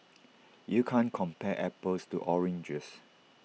you can't compare apples to oranges